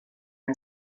and